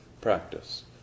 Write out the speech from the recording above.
practice